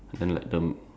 the door